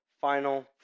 final